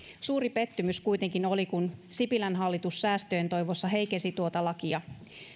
suuri pettymys kuitenkin oli kun sipilän hallitus säästöjen toivossa heikensi tuota lakia